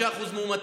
5% מאומתים,